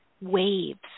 waves